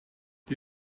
doe